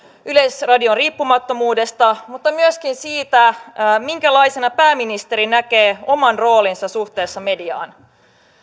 yleisradion riippumattomuudesta mutta myöskin siitä minkälaisena pääministeri näkee oman roolinsa suhteessa mediaan